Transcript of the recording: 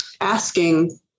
asking